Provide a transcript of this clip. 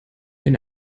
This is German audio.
wenn